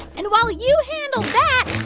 and while you handle that,